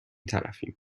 طرفیم